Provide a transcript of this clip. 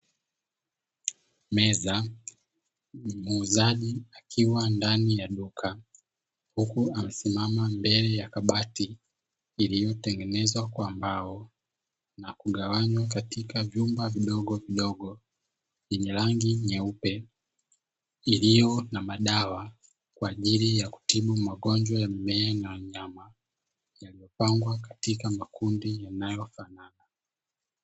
Meza, muuzaji akiwa ndani ya duka, huku amesimama mbele ya kabati iliyotengenezwa kwa mbao na kugawanywa katika vyumba vidogovidogo; yenye rangi nyeupe, iliyo na madawa kwa ajili ya kutibu magonjwa ya mimea na nyama. Yamepangwa katika makundi yanayofanana.